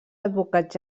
advocats